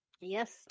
yes